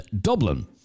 Dublin